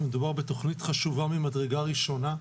מדובר בתוכנית חשובה ממדרגה ראשונה,